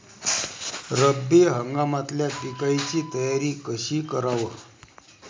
रब्बी हंगामातल्या पिकाइची तयारी कशी कराव?